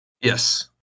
Yes